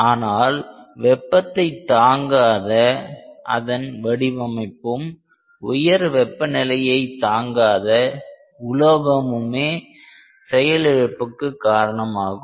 ஆனால் வெப்பத்தைத் தாங்காத அதன் வடிவமைப்பும் உயர் வெப்பநிலையை தாங்காத உலோகமுமே செயலிழப்புக்கு காரணமாகும்